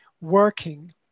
working